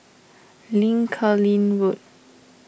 Lincoln Road